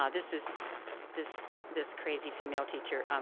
ah this is this this crazy female teacher